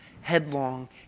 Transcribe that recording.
headlong